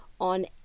on